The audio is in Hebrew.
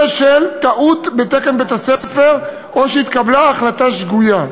של טעות בתקן בית-הספר או שהתקבלה החלטה שגויה.